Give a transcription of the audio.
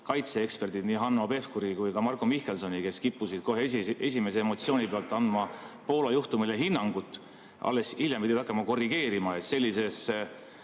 kaitseeksperdid – nii Hanno Pevkuri kui ka Marko Mihkelsoni –, kes kippusid kohe esimese emotsiooni pealt andma Poola juhtumile hinnangut. Alles hiljem pidid hakkama korrigeerima. Sellises